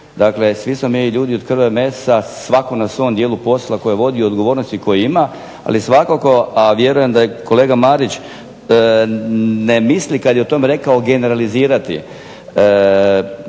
Dakle, svi smo mi ljudi od krvi i mesa, svako na svom dijelu posla koja vodi odgovornosti i koju ima, ali svakako a vjerujem da je kolega Marić ne misli kada je o tome rekao generalizirati.